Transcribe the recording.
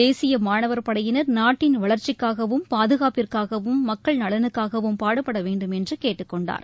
தேசிய மாணவர் படையினர் நாட்டின் வளர்ச்சிக்காகவும் பாதுகாப்பிற்காகவும் மக்கள் நலனுக்காகவும் பாடுபட வேண்டும் என்று கேட்டுக்கொண்டார்